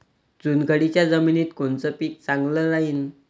चुनखडीच्या जमिनीत कोनचं पीक चांगलं राहीन?